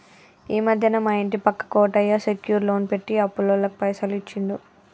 ఈ మధ్యనే మా ఇంటి పక్క కోటయ్య సెక్యూర్ లోన్ పెట్టి అప్పులోళ్లకు పైసలు ఇచ్చిండు